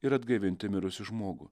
ir atgaivinti mirusį žmogų